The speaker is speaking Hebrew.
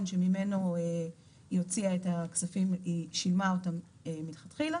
שממנו היא הוציאה את הכספים ושילמה אותם מלכתחילה